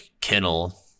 kennel